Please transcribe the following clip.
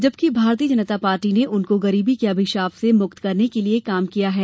जबकि भारतीय जनता पार्टी ने उनको गरीबी के अभिशाप से मुक्त करने के लिए काम किया है